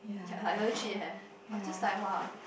ya like legit leh I just like !wah!